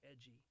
edgy